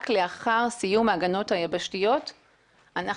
רק לאחר סיום ההגנות היבשתיות אנחנו